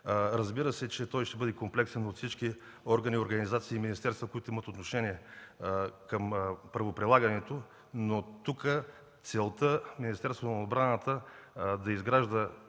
разбира се, че ще бъде комплексен от всички органи, организации и министерства, които имат отношение към правоприлагането, но тук целта Министерството на отбраната да изгражда